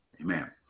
amen